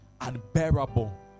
unbearable